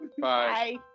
Bye